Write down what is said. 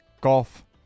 golf